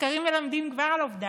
הסקרים מלמדים כבר על אובדן.